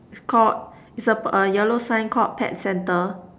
its called it's a uh yellow sign called pet centre